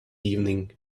evening